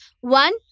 One